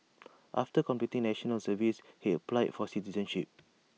after completing National Service he applied for citizenship